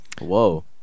whoa